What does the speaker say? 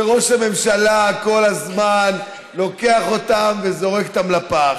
וראש הממשלה כל הזמן לוקח אותם וזורק אותם לפח.